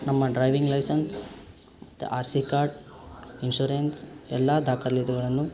ನಮ್ಮ driving licence ಮತ್ತು R C card insurance ಎಲ್ಲಾ ದಾಖಲಾತಿಗಳನ್ನು